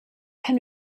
can